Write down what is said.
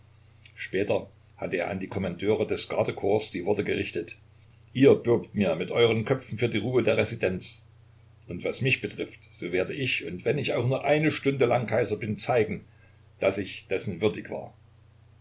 später hatte er an die kommandeure des gardekorps die worte gerichtet ihr bürgt mir mit euren köpfen für die ruhe der residenz und was mich betrifft so werde ich und wenn ich auch nur eine stunde lang kaiser bin zeigen daß ich dessen würdig war